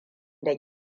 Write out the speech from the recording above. da